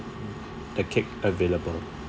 the cake available